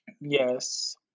Yes